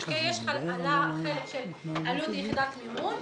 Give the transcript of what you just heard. עלה החלק של עלות יחידת מימון,